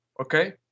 okay